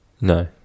No